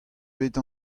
bet